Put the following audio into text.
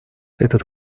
этот